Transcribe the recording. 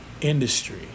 Industry